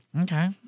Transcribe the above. Okay